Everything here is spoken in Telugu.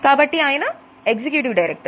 కాబట్టి ఆయన ఎగ్జిక్యూటివ్ డైరెక్టర్